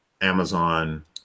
Amazon